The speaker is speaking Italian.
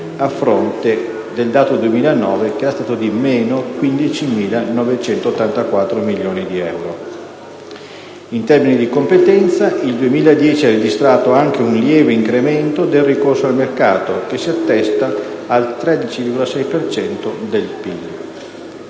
a fronte del dato 2009 che era stato di meno 15.984 milioni di euro. In termini di competenza, il 2010 ha registrato anche un lieve incremento del ricorso al mercato, che si attesta al 13,6 per